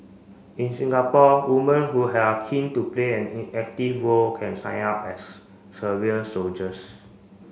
in Singapore woman who are keen to play an in active role can sign up as soldiers